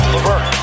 Levert